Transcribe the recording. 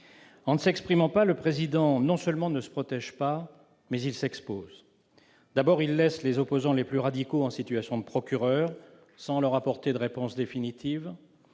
En ne s'exprimant pas, non seulement le Président ne se protège pas, mais il s'expose. D'abord, il laisse les opposants les plus radicaux en situation de procureur, sans leur apporter de réponse définitive.